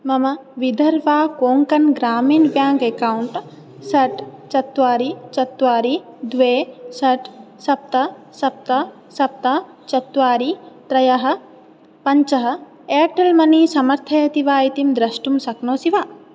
मम Vidarbha Konkan Gramin bank account षट् चत्वारि चत्वारि द्वि षट् सप्त सप्त सप्त चत्वारि त्रयः पञ्चः एर्टेल् मनी समर्थयति वा इति द्रष्टुं शक्नोशि वा